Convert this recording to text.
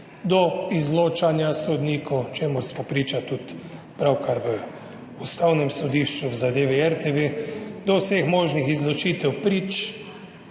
do izločanja sodnikov, čemur smo priča tudi pravkar na Ustavnem sodišču v zadevi RTV, do vseh možnih izločitev prič,